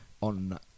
on